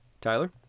Tyler